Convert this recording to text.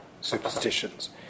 superstitions